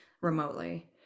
remotely